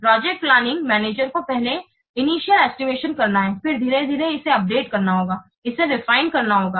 project planning को पहले प्रारंभिक एस्टिमेशन करना है फिर धीरे धीरे इसे अपडेट करना होगा इसे रिफियन करना होगा